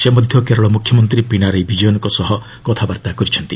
ସେ ମଧ୍ୟ କେରଳ ମୁଖ୍ୟମନ୍ତ୍ରୀ ପିନାରାୟି ବିଜୟନ୍ଙ୍କ ସହ କଥାବାର୍ତ୍ତା କରିଛନ୍ତି